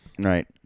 Right